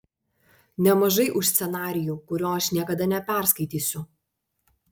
nemažai už scenarijų kurio aš niekada neperskaitysiu